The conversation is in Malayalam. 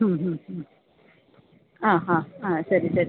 ഹും ഹും ഹും ആ ഹാ ആ ശരി ശരി